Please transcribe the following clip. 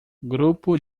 grupo